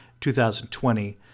2020